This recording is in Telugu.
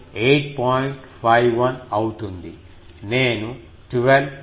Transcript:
51 అవుతుంది నేను 12 0